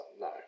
No